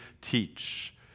teach